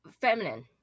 feminine